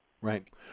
Right